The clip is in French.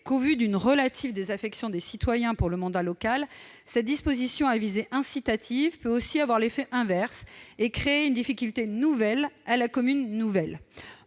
que, au vu d'une relative désaffection des citoyens pour le mandat local, cette disposition a visée incitative peut aussi avoir l'effet inverse et créer une difficulté nouvelle pour la commune nouvelle.